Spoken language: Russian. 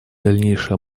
дальнейшее